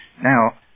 Now